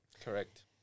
Correct